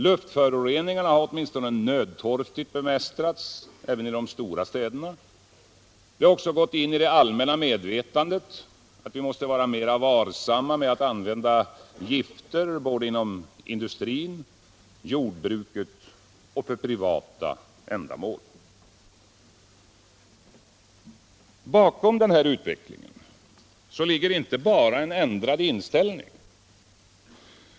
Luftföroreningarna har åtminstone nödtorftigt bemästrats, även i de stora städerna. Det har också gått in i det allmänna medvetandet att vi måste vara mera varsamma med att använda gifter, såväl inom industrin och jordbruket som för privata ändamål. Bakom den utvecklingen ligger inte bara en ändrad inställning.